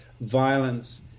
violence